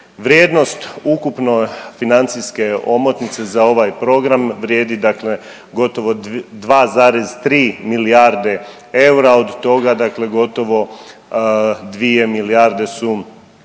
Vrijednost ukupno financijske omotnice za ovaj program vrijedi dakle gotovo 2,3 milijarde eura, od toga dakle gotovo 2 milijarde su